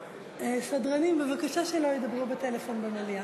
סדרנים, בבקשה שלא ידברו בטלפון במליאה.